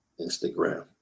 Instagram